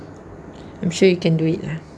lah